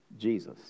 Jesus